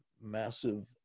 massive